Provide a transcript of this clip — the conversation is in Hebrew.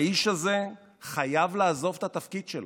האיש הזה חייב לעזוב את התפקיד שלו.